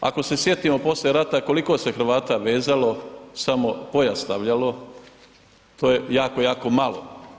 Ako se sjetimo poslije rata koliko se Hrvata vezalo, samo pojas stavljalo to je jako, jako malo.